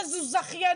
אבל זו זכיינות,